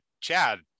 Chad